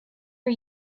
are